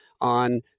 on